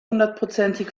hundertprozentig